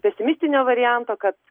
pesimistinio varianto kad